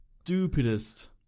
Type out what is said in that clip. stupidest